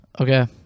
Okay